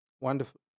Wonderful